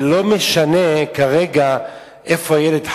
ולא משנה כרגע איפה הילד חי,